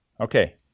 Okay